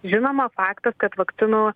žinoma faktas kad vakcinų